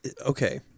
okay